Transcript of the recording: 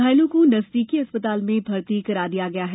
घायलों को नजदीकी अस्पताल में भर्ती करा दिया गया है